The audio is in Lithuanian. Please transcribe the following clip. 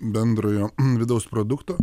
bendrojo vidaus produkto